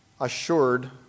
Assured